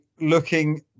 looking